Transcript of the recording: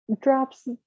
drops